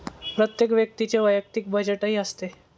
प्रत्येक व्यक्तीचे वैयक्तिक बजेटही असते